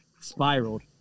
spiraled